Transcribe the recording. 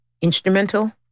instrumental